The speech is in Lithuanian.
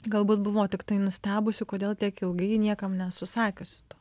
galbūt buvo tiktai nustebusių kodėl tiek ilgai niekam nesu sakiusi to